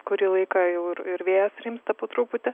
kurį laiką jau ir ir vėjas rimsta po truputį